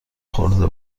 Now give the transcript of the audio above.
خورده